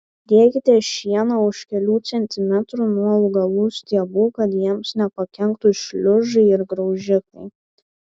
dėkite šieną už kelių centimetrų nuo augalų stiebų kad jiems nepakenktų šliužai ir graužikai